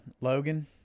Logan